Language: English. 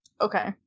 okay